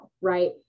right